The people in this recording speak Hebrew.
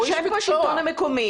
יושב פה השלטון המקומי